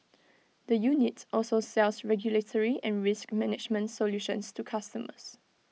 the unit also sells regulatory and risk management solutions to customers